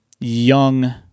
young